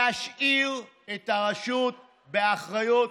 להשאיר את הרשות באחריות